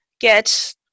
get